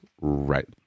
Right